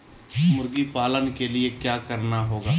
मुर्गी पालन के लिए क्या करना होगा?